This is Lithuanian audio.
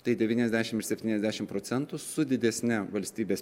tai devyniasdešim ir septyniasdešim procentų su didesne valstybės